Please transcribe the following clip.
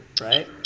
right